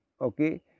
okay